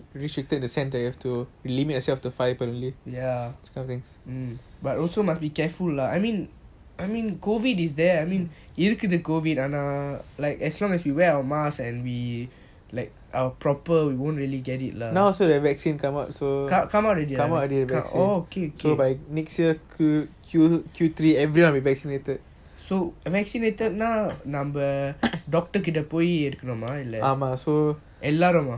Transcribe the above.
ya mm but also must be careful lah I mean I mean COVID is there இருக்குது ஆனா:irukuthu aana like as long as we wear our mask and we like err proper we won't really get it lah come come out already ah oh okay so vaccinated நான் நம்ம:naan namma doctor கிட்ட பொய் எடுக்கணும் எல்லாருமா:kitta poi yeadukanuma ellaruma